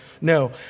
no